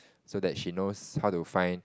so that she knows how to find